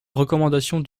recommandations